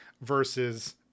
versus